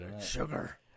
Sugar